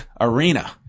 arena